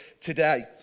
today